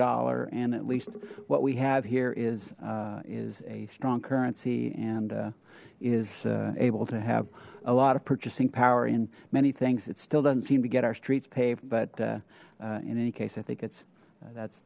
dollar and at least what we have here is is a strong currency and is able to have a lot of purchasing power in many things it still doesn't seem to get our streets paved but in any case i think it's that's